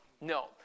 No